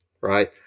right